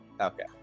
Okay